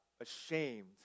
ashamed